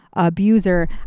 abuser